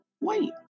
wait